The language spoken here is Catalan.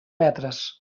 metres